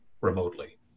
remotely